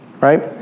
right